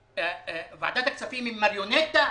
ועדת הכספים היא מריונטה?